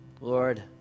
Lord